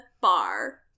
bar